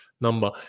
number